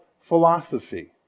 philosophy